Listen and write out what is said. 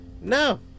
No